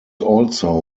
also